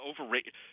overrated